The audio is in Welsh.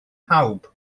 pawb